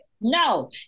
No